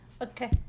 okay